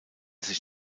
sich